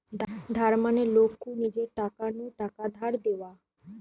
ধার মানে লোক কু নিজের টাকা নু টাকা ধার দেওয়া